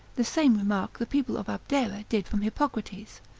the same remark the people of abdera did from hippocrates,